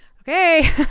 okay